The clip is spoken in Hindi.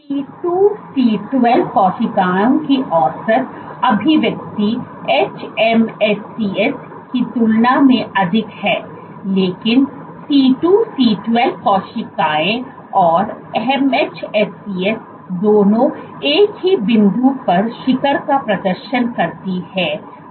C2C12 कोशिकाओं की औसत अभिव्यक्ति hMSCs की तुलना में अधिक है लेकिन C2C12 कोशिकाएं और hMSCs दोनों एक ही बिंदु पर शिखर का प्रदर्शन करती हैं जो 10 kPa है